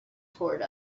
towards